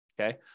okay